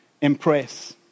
impress